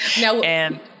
Now-